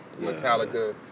metallica